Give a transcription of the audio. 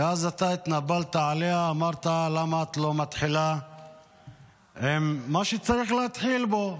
ואתה התנפלת עליה ואמרת: למה את לא מתחילה עם מה שצריך להתחיל בו?